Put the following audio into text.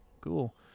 cool